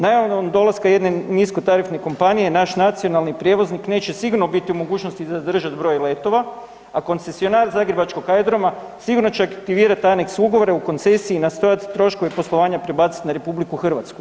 Najavom dolaska jedne niskotarifne kompanije naš nacionalni prijevoznik neće sigurno biti u mogućnosti zadržati broj letova, a koncesionar zagrebačkog aerodroma sigurno će aktivirati aneks ugovora u koncesiji i nastojat troškove poslovanja prebaciti na RH.